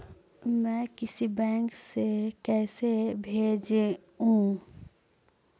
मैं किसी बैंक से कैसे भेजेऊ